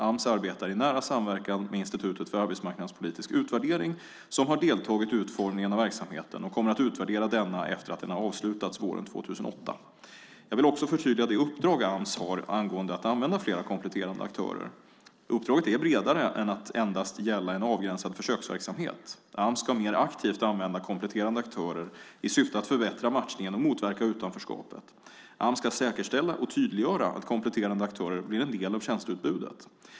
Ams arbetar i nära samverkan med Institutet för arbetsmarknadspolitisk utvärdering som har deltagit i utformningen av verksamheten och kommer att utvärdera denna efter det att den avslutas våren 2008. Jag vill också förtydliga det uppdrag Ams har angående att använda flera kompletterande aktörer. Uppdraget är bredare än att endast gälla en avgränsad försöksverksamhet. Ams ska mer aktivt använda kompletterande aktörer i syfte att förbättra matchningen och motverka utanförskapet. Ams ska säkerställa och tydliggöra att kompletterande aktörer blir en del av tjänsteutbudet.